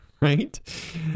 right